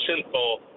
simple